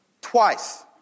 twice